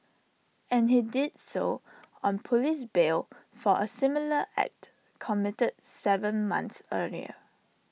and he did so on Police bail for A similar act committed Seven months earlier